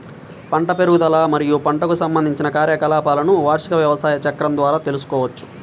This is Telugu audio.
పంట పెరుగుదల మరియు పంటకు సంబంధించిన కార్యకలాపాలను వార్షిక వ్యవసాయ చక్రం ద్వారా తెల్సుకోవచ్చు